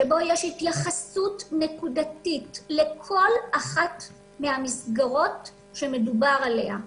שבו יש התייחסות נקודתית לכל אחת מהמסגרות שמדובר עליה.